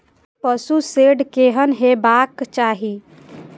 पशु शेड केहन हेबाक चाही?